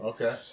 Okay